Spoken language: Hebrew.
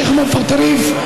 השייח' מואפק טריף,